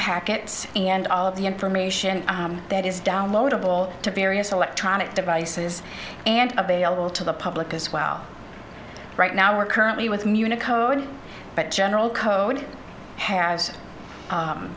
packets and all of the information that is downloadable to various electronic devices and available to the public as well right now we're currently with munich code but general code has